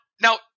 now